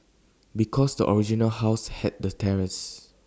because the original house had A terrace